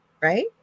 Right